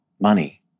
money